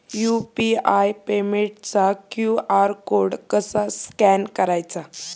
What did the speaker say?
UPI पेमेंटचा QR code कसा scan करायचा?